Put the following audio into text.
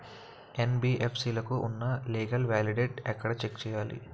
NBFC లకు ఉన్నా legal validity ఎక్కడ చెక్ చేయాలి?